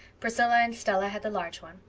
priscilla and stella had the large one.